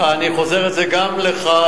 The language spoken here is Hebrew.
אני חוזר על זה גם לך,